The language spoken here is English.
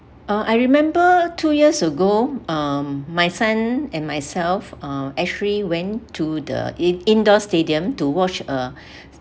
uh I remember two years ago um my son and myself uh actually went to the indoor stadium to watch a